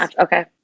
Okay